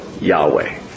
Yahweh